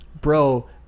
bro